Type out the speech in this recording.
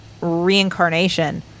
reincarnation